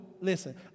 listen